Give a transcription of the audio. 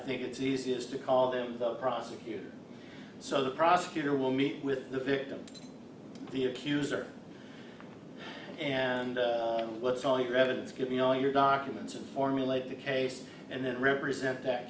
think it's easiest to call them the prosecutor so the prosecutor will meet with the victim the accuser and let's all your evidence give me all your documents and formulate the case and then represent that